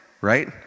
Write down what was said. right